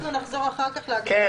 אנחנו נחזור אחר כך להגדרת מקום עבודה.